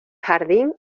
jardín